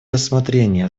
рассмотрение